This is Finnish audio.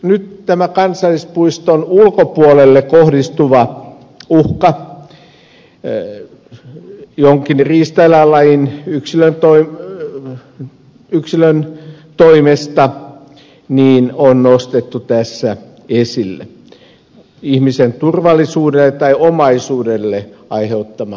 nyt tämä kansallispuiston ulkopuolelle kohdistuva uhka jonkin riistaeläinlajin yksilön toimesta on nostettu tässä esille ihmisen turvallisuudelle tai omaisuudelle aiheuttama uhka